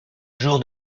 jour